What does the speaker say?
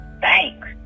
thanks